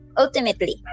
ultimately